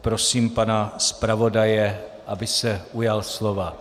Prosím pana zpravodaje, aby se ujal slova.